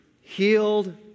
healed